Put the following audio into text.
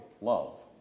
love